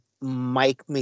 Mike